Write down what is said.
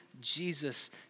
Jesus